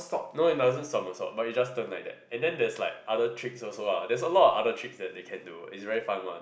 no you must somersault but you just turn like that and then there's like other tricks also ah there is a lot of other tricks they can do is very fun one